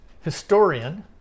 historian